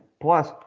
Plus